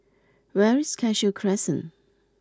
where is Cashew Crescent